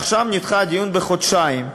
עכשיו נדחה הדיון בחודשיים.